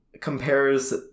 compares